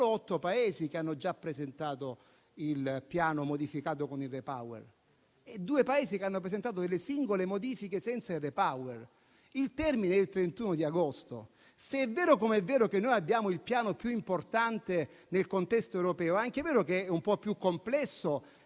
paesi che hanno già presentato il piano modificato con il REPowerEU e due Paesi che hanno presentato delle singole modifiche senza il REPowerEU. Il termine è il 31 agosto. Se è vero, come è vero, che abbiamo il piano più importante nel contesto europeo, è anche vero che è un po' più complesso